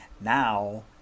Now